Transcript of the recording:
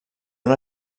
una